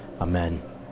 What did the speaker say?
Amen